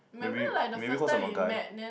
maybe maybe cause I'm a guy